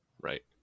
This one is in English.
Right